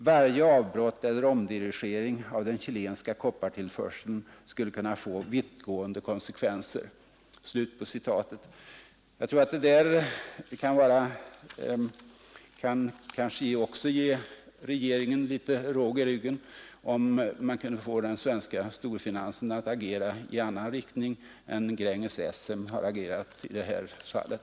Varje avbrott eller omdirigering av den chilenska koppartillförseln skulle få vittgående konsekvenser.” Jag tror att det kanske också skulle ge regeringen litet råg i ryggen om den svenska storfinansen insåg situationens allvar och började agera i annan riktning än Gränges Essem har agerat i det här fallet.